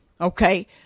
Okay